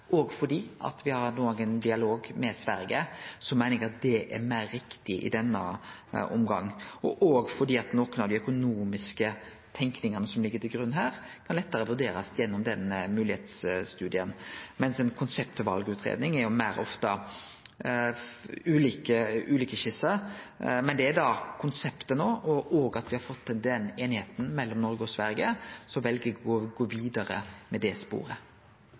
fordi me har ein dialog med Sverige, meiner eg at det er meir riktig i denne omgangen, og òg fordi noko av den økonomiske tenkinga som ligg til grunn her, lettare kan vurderast gjennom ein moglegheitsstudie. Ei konseptvalutgreiing er jo ofte ulike skisser. Men dette er da konseptet no, og òg fordi me har fått til den einigheita mellom Noreg og Sverige, vel eg å gå vidare med det sporet.